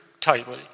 tightly